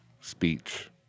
speech